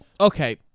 Okay